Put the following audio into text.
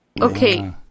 Okay